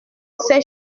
ses